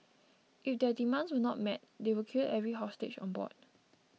if their demands were not met they would kill every hostage on board